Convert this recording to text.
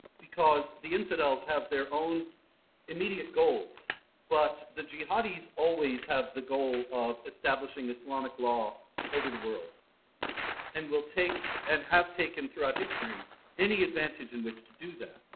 because the infidels have their own immediate goals but the jihadis always have the goal of establishing islamic law over the world and will take and have taken throughout history any advantage in which to do that.